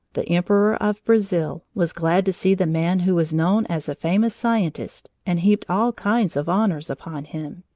the emperor of brazil, was glad to see the man who was known as a famous scientist and heaped all kinds of honors upon him.